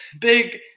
big